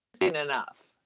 enough